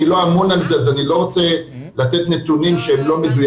אני לא אמון על זה אז אני לא רוצה לתת נתונים לא מדויקים.